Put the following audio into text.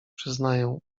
przyznaję